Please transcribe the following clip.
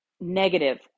negative